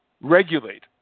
regulate